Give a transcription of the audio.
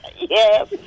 Yes